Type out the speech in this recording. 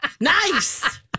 Nice